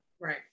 Right